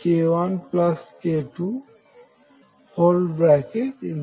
k1 k2k1k2 B